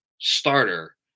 starter